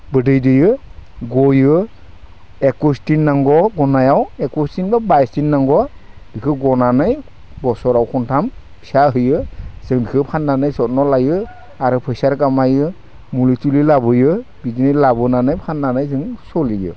बिदै दैयो गयो एकुइसदिन नांगौ गनायाव एकुइसदिन बा बायसदिन नांगौ बिखौ गनानै बोसोराव खनथाम फिसा होयो जों बेखौ फाननानै जत्न लायो आरो फैसा खामायो मुलि तुलि लाबोयो बिदिनो लाबोनानै फाननानै जों सोलियो